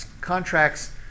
contracts